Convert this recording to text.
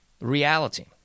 reality